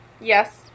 Yes